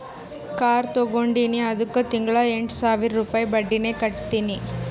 car ತಗೊಂಡಿನಿ ಅದ್ದುಕ್ ತಿಂಗಳಾ ಎಂಟ್ ಸಾವಿರ ರುಪಾಯಿ ಬಡ್ಡಿನೆ ಕಟ್ಟತಿನಿ